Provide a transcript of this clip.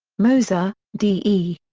moser, d. e.